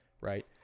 right